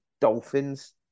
Dolphins